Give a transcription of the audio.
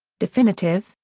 definitive,